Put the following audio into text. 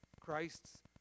Christ's